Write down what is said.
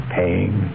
paying